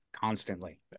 constantly